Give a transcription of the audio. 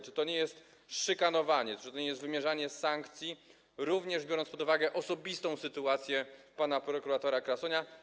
Czy to nie jest szykanowanie, czy to nie jest wymierzanie sankcji, również biorąc pod uwagę osobistą sytuację pana prokuratora Krasonia?